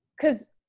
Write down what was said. because-